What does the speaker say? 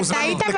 והדיל הוא ברור,